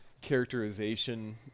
characterization